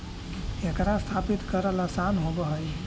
एकरा स्थापित करल आसान होब हई